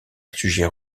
sujets